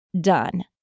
done